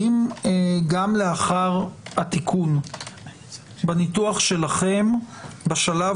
האם גם לאחר התיקון בניתוח שלכם בשלב